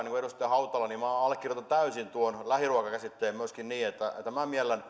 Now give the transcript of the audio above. kuin edustaja hautala että minä allekirjoitan täysin tuon lähiruoka käsitteen myöskin niin että minä miellän